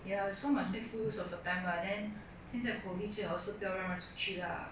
ya so must make full use of your time lah then 现在 COVID 最好是不要乱乱出去:zuio hao shi bu yao luan luan chu qu lah